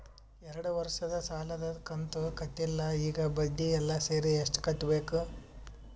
ಎರಡು ವರ್ಷದ ಸಾಲದ ಕಂತು ಕಟ್ಟಿಲ ಈಗ ಬಡ್ಡಿ ಎಲ್ಲಾ ಸೇರಿಸಿ ಎಷ್ಟ ಕಟ್ಟಬೇಕು?